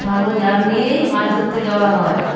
ভালো চার নিয়েই মাছ ধরতে যাওয়া হয়